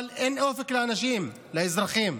אבל אין אופק לאנשים, לאזרחים.